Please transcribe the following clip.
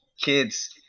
kids